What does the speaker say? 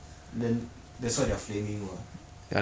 then count err what you 你们